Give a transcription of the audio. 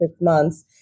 months